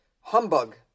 Humbug